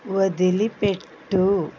వదిలిపెట్టు